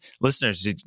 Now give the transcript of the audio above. listeners